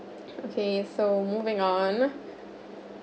okay so moving on